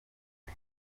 com